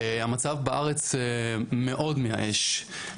המצב בארץ מאוד מייאש.